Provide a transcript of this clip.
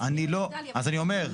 אז אני אומר,